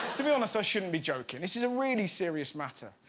to be honest i shouldn't be joking. this is a really serious matter,